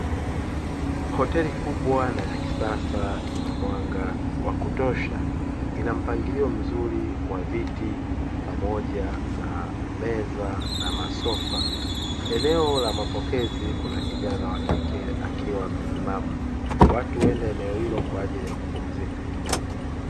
Hoteli kubwa na ya kisasa ina mwanga wa kutosha ina mpangilio mzuri wa viti pamoja na meza na masofa. Eneo la mapokezi kuna kijana wa kike akiwa amesimama, watu huenda eneo hilo kwa ajili ya kupumzika.